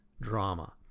drama